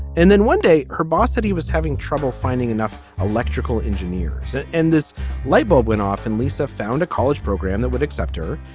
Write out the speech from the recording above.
and then one day her boss said he was having trouble finding enough electrical engineers and this lightbulb went off and lisa found a college program that would accept her.